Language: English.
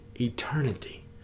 eternity